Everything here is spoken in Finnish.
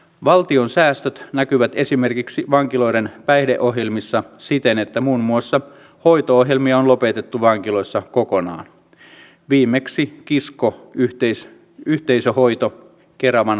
valtion säästöt näkyvät esimerkiksi vankiloiden päihdeohjelmissa siten että muun muassa hoito ohjelmia on lopetettu vankiloissa kokonaan viimeksi kiskon yhteisöhoito keravan vankilassa